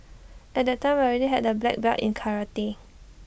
at that time I already had A black belt in karate